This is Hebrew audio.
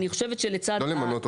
לא למנות עובד,